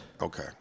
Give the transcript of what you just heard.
Okay